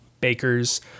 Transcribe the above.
bakers